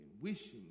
wishing